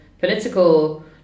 political